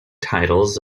titles